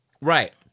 Right